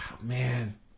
Man